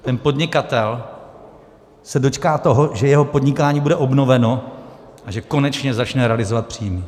Ten podnikatel se dočká toho, že jeho podnikání bude obnoveno a že konečně začne realizovat příjmy.